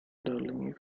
darling